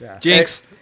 Jinx